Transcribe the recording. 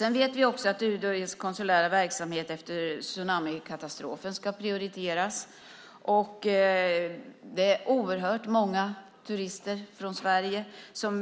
Vi vet också att UD:s konsulära verksamhet efter tsunamikatastrofen ska prioriteras. Det är oerhört många turister från Sverige som